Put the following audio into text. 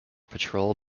patrol